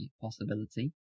possibility